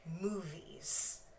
movies